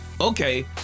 okay